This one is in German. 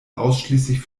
ausschließlich